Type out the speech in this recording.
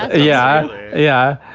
yeah yeah.